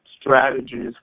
strategies